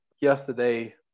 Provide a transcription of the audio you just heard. yesterday